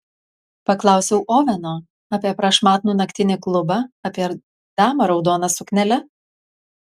paklausiau oveno apie prašmatnų naktinį klubą apie damą raudona suknele